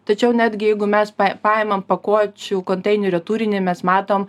tačiau netgi jeigu mes paimam pakuočių konteinerio turinį mes matom